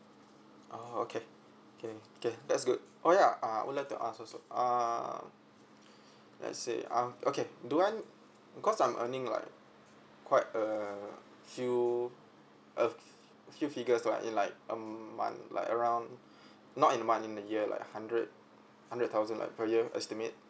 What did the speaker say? oh okay okay okay that's good oh ya uh I would like to ask also uh let's say uh okay do I because I'm earning like quite a few a few figures lah like in a month like around not in a month in a year like hundred hundred thousand like per year estimate